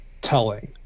telling